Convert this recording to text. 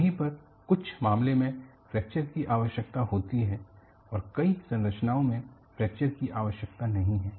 वहीं पर कुछ मामलों में फ्रैक्चर की आवश्यकता होती है कई संरचनाओं में फ्रैक्चर की आवश्यकता नहीं है